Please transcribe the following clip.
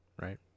Right